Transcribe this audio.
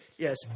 Yes